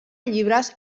llibres